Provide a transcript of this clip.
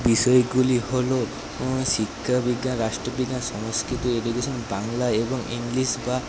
বিষয়গুলি হল শিক্ষাবিজ্ঞান রাষ্ট্রবিজ্ঞান সংস্কৃত এডুকেশান বাংলা এবং ইংলিশ বা